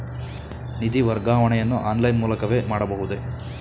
ನಿಧಿ ವರ್ಗಾವಣೆಯನ್ನು ಆನ್ಲೈನ್ ಮೂಲಕವೇ ಮಾಡಬಹುದೇ?